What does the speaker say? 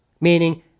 meaning